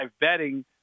betting